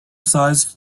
sized